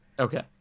Okay